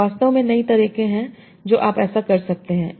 तो वास्तव में कई तरीके हैं जो आप ऐसा कर सकते हैं